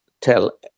tell